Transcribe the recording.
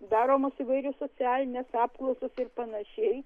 daromos įvairios socialinės apklausos ir panašiai